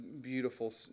beautiful